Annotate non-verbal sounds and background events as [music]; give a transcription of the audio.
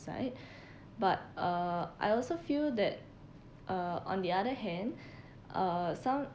side [breath] but uh I also feel that uh on the other hand [breath] uh some